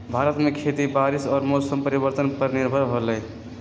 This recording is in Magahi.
भारत में खेती बारिश और मौसम परिवर्तन पर निर्भर होयला